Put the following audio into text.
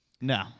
No